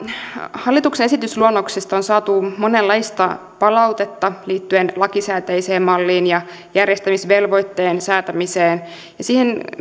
hallituksen esitysluonnoksesta on saatu monenlaista palautetta liittyen lakisääteiseen malliin ja järjestämisvelvoitteen säätämiseen ja siihen